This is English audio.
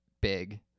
big